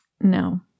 No